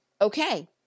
Okay